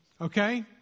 okay